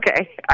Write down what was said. Okay